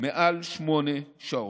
מעל שמונה שעות.